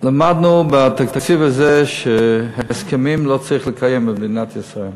למדנו בתקציב הזה שהסכמים לא צריך לקיים במדינת ישראל.